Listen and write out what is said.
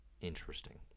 interesting